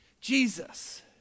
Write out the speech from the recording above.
Jesus